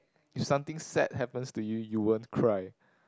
if something sad happens to you you won't cry